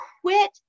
quit